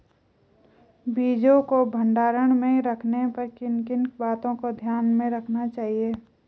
बीजों को भंडारण में रखने पर किन किन बातों को ध्यान में रखना चाहिए?